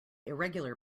irregular